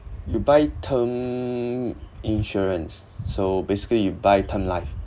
you buy term insurance so basically you buy term life